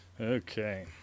Okay